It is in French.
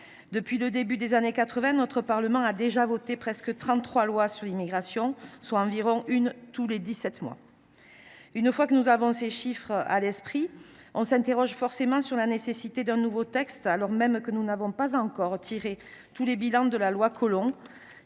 Depuis le début des années 1980, le Parlement a déjà voté près de trente lois sur l’immigration, soit environ une tous les dix sept mois. Ces chiffres à l’esprit, on s’interroge forcément sur la nécessité d’un nouveau texte, alors même que nous n’avons pas encore tiré tous les enseignements de la loi Collomb,